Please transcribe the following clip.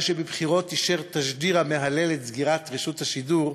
זה שבבחירות אישר תשדיר המהלל את סגירת רשות השידור,